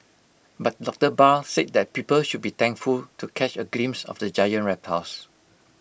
but doctor Barr said that people should be thankful to catch A glimpse of the giant reptiles